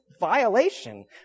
violation